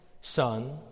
son